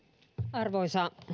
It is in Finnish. arvoisa